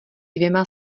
dvěma